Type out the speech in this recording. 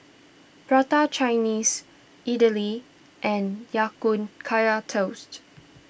Prata Chinese Idly and Ya Kun Kaya Toast